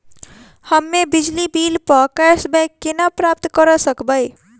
हम्मे बिजली बिल प कैशबैक केना प्राप्त करऽ सकबै?